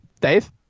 Dave